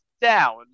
down